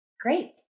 great